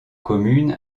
commune